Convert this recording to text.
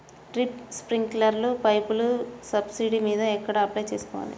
Drip, స్ప్రింకర్లు పైపులు subsidy మీద ఎక్కడ అప్లై చేసుకోవాలి?